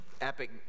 epic